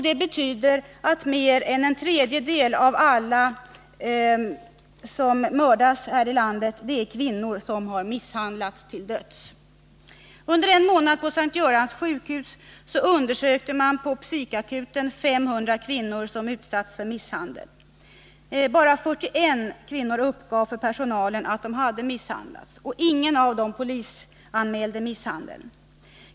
Det betyder att mer än en tredjedel av alla som mördas här i landet är kvinnor som har misshandlats till döds. Under en månad undersökte man på psyk-akuten vid S:t Görans sjukhus 500 kvinnor som utsatts för misshandel. Bara 41 kvinnor uppgav för personalen att de hade misshandlats. Ingen av dem polisanmälde misshandeln.